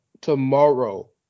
tomorrow